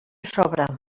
sobre